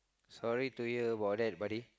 sorry to hear about that buddy